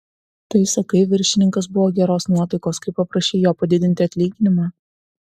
tai sakai viršininkas buvo geros nuotaikos kai paprašei jo padidinti atlyginimą